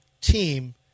team